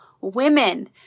women